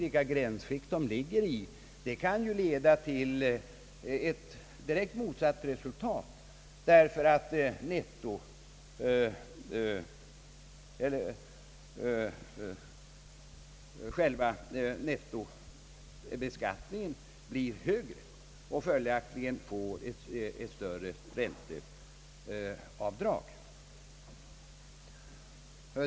beskattningen av villafastigheter vilka gränsskikt de befinner sig i, kan leda till ett direkt motsatt resultat därför att själva nettobeskattningen blir högre och följaktligen även ränteavdraget.